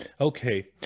Okay